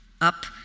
up